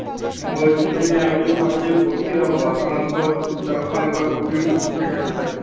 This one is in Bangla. বলছি যে আমি ভাবছি ভর্তি হব আসানসোল উচ্চাকাঙ্খা কোচিং ইনস্টিটিউটে